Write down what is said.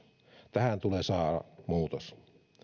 tähän tulee saada muutos